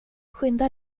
skynda